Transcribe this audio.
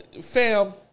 Fam